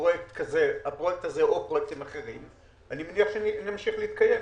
הפרויקט הזה או פרויקטים אחרים אני מניח שנמשיך להתקיים.